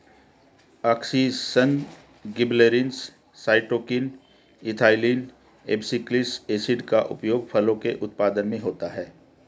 auxin, gibberellins, cytokinin, ethylene, abscisic acid का उपयोग फलों के उत्पादन में होता है